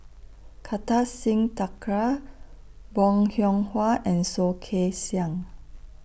Kartar Singh Thakral Bong Hiong Hwa and Soh Kay Siang